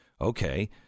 Okay